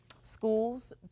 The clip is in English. schools